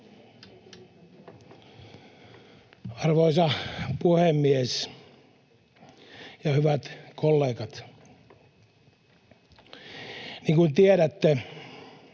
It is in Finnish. Arvoisa puhemies ja hyvät kollegat! Niin kuin tiedätte,